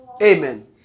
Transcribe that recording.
Amen